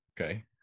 Okay